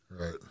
Right